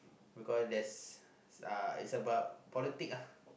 because there's uh is about politic ah